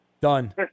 Done